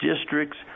district's